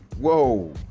whoa